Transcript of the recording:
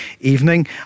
evening